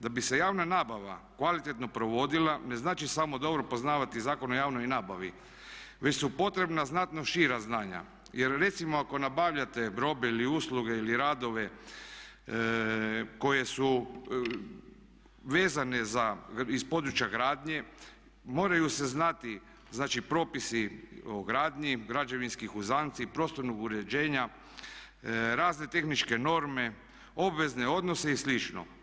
Da bi se javna nabava kvalitetno provodila ne znači samo dobro poznavati Zakon o javnoj nabavi već su potrebna znatno šira znanja, jer recimo ako nabavljate robe ili usluge ili radove koje su vezane za, iz područja gradnje moraju se znati, znači propisi o gradnji, građevinskih uzanci, prostornog uređenja, razne tehničke norme, obvezne odnose i slično.